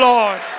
Lord